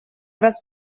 раз